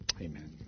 Amen